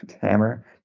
Hammer